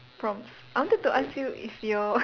prompts I wanted to ask you if your